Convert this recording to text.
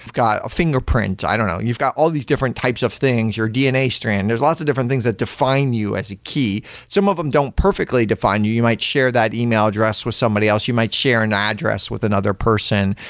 got a fingerprint. i don't know. you've got all these different types of things, your dna strand. there're lots of different things that define you as a key. some of them don't perfectly define you. you might share that email address with somebody else. you might share an address with another person.